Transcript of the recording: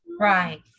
Right